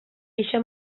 eixa